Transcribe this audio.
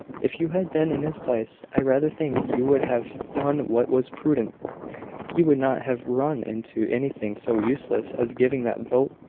if you had been in his place, i rather think you would have done what was prudent you would not have run into anything so useless as giving that vote,